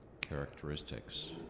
characteristics